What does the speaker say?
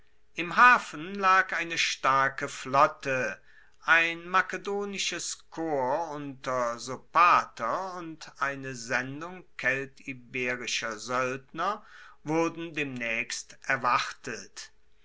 im hafen lag eine starke flotte ein makedonisches korps unter sopater und eine sendung keltiberischer soeldner wurden demnaechst erwartet